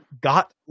got